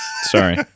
Sorry